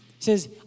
says